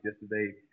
yesterday